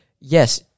Yes